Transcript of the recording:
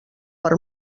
per